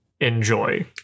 enjoy